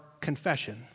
confession